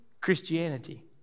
Christianity